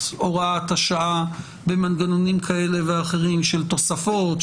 הוראת השעה במנגנונים כאלה ואחרים של תוספות,